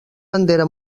bandera